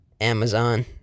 amazon